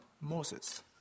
Moses